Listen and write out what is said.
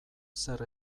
zer